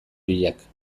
biak